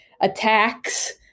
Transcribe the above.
attacks